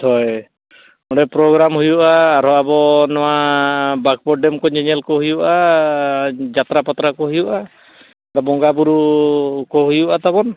ᱦᱳᱭ ᱚᱸᱰᱮ ᱯᱨᱳᱜᱨᱟᱢ ᱦᱩᱭᱩᱜᱼᱟ ᱟᱨ ᱟᱵᱚ ᱱᱚᱣᱟ ᱵᱟᱸᱠᱚᱲ ᱰᱮᱢ ᱠᱚ ᱧᱮᱼᱧᱮᱞ ᱠᱚᱦᱩᱭᱩᱜᱼᱟ ᱟᱨ ᱡᱟᱛᱛᱨᱟ ᱯᱟᱛᱟ ᱠᱚ ᱦᱩᱭᱩᱜᱼᱟ ᱵᱚᱸᱜᱟ ᱵᱳᱨᱳ ᱠᱚ ᱦᱩᱭᱩᱜᱼᱟ ᱛᱟᱵᱚᱱ